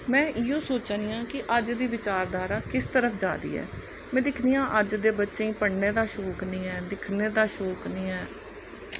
में इयो सोचानी आं कि अज्ज दी विचारधारा किस तरफ जा दी ऐ में दिक्खनी आं अज्ज दे बच्चें गी पढ़ने दा शौंक नेईं ऐ लिखने दा शौंक नेईं ऐ